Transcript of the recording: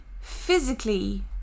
physically